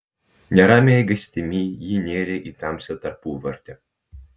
neramia eigastimi ji nėrė į tamsią tarpuvartę